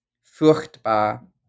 furchtbar